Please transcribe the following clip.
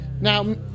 Now